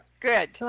Good